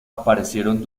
aparecieron